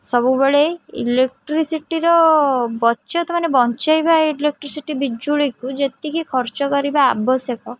ସବୁବେଳେ ଇଲେକ୍ଟ୍ରିସିଟିର ବଚତ ମାନେ ବଞ୍ଚେଇବା ଇଲେକ୍ଟ୍ରିସିଟି ବିଜୁଳିକୁ ଯେତିକି ଖର୍ଚ୍ଚ କରିବା ଆବଶ୍ୟକ